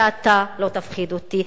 ואתה לא תפחיד אותי.